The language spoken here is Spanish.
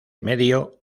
medio